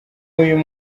w’uyu